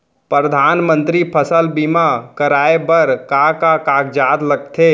परधानमंतरी फसल बीमा कराये बर का का कागजात लगथे?